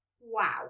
Wow